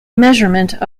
measurement